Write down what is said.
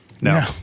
No